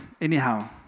anyhow